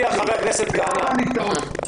נפגעות.